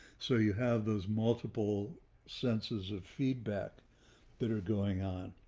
so you have those multiple senses of feedback that are going on.